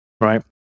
right